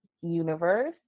universe